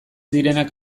direnak